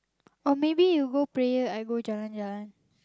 or maybe you go prayer I go jalan-jalan